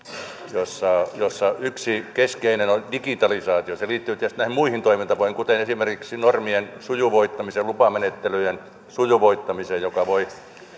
jossa jossa yksi keskeinen on digitalisaatio se liittyy tietysti näihin muihin toimintatapoihin kuten esimerkiksi normien sujuvoittamiseen lupamenettelyjen sujuvoittamiseen joka voi